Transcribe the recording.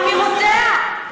באמירותיה.